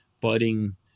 budding